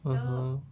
(uh huh)